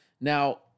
Now